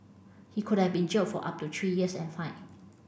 he could have been jailed for up to three years and fined